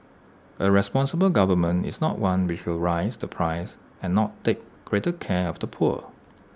A responsible government is not one which will raise the price and not take greater care of the poor